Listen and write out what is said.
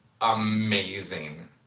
amazing